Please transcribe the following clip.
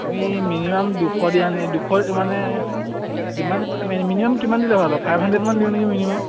তুমি মিনিমাম দুশ দিয়ানে দুশ মানে যিমান মিনিমাম কিমান দিলে ভাল হ'ব ফাইভ হাণ্ড্ৰেডমান দিওঁ নেকি মিনিমাম